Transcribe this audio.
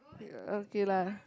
okay lah